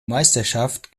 meisterschaft